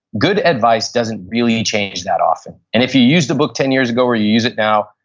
good advice doesn't really change that often. and if you used the book ten years ago or you use it now,